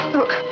look